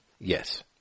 yes